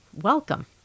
Welcome